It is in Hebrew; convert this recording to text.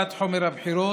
העברת חומר הבחירות,